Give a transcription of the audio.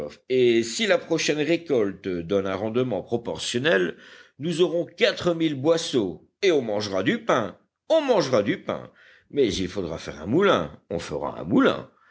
et si la prochaine récolte donne un rendement proportionnel nous aurons quatre mille boisseaux et on mangera du pain on mangera du pain mais il faudra faire un moulin on fera un moulin